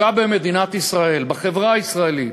דווקא במדינת ישראל, בחברה הישראלית,